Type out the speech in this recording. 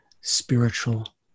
spiritual